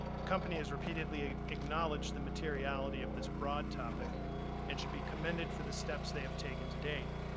the company has repeatedly acknowledged the materiality of this broad topic and should be commended for the steps they have taken to date.